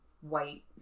white